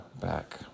back